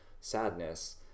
sadness